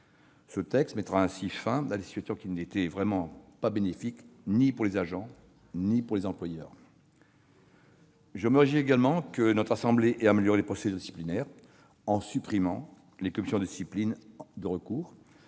de loi mettra ainsi fin à des situations qui n'étaient bénéfiques ni pour les agents ni pour les employeurs. Je me réjouis aussi que notre assemblée ait amélioré les procédures disciplinaires en supprimant les commissions de discipline de recours,